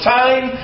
time